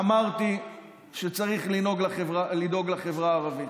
אמרתי שצריך לדאוג לחברה הערבית.